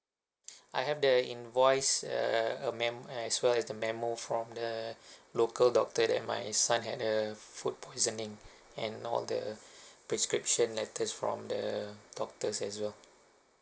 I have the invoice uh a mem~ as well as the memo from the local doctor that my son had the food poisoning and all the prescription letters from the doctors as well